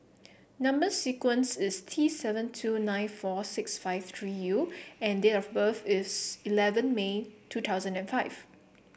number sequence is T seven two nine four six five three U and date of birth is eleven May two thousand and five